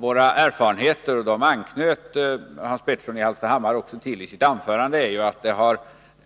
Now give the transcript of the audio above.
Våra erfarenheter — också Hans Petersson i Hallstahammar anknöt till dessa i sitt anförande — är ju att det